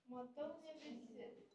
matau ne visi